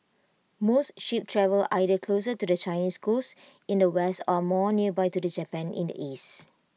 most ships travel either closer to the Chinese coast in the west or more nearby to Japan in the east